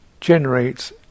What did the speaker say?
generates